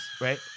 Right